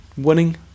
Winning